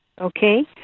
Okay